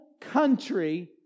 country